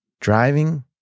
Driving